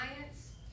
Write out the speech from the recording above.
science